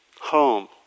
home